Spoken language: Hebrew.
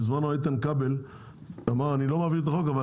בזמנו איתן כבל אמר אני לא מעביר את החוק אבל